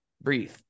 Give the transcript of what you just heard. breathe